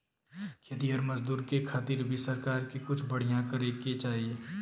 खेतिहर मजदूर के खातिर भी सरकार के कुछ बढ़िया करे के चाही